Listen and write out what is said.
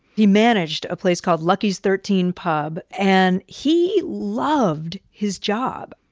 he managed a place called lucky's thirteen pub. and he loved his job.